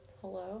hello